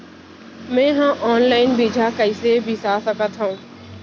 मे हा अनलाइन बीजहा कईसे बीसा सकत हाव